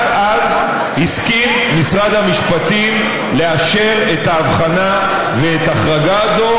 רק אז הסכים משרד המשפטים לאשר את ההבחנה ואת ההחרגה הזו.